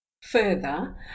Further